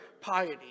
piety